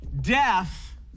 death